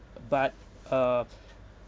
but uh